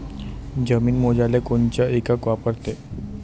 जमीन मोजाले कोनचं एकक वापरते?